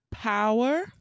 power